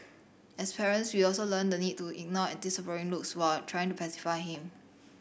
as parents we also learn the need to ignore disapproving looks while trying to pacify him